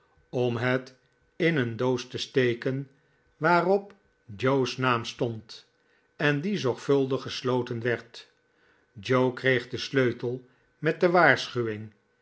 om het in een doos te steken waarop joe's naam stond en die zorgvuldig gesloten werd joe kreeg den sleutel met de waarschuwing